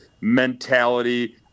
mentality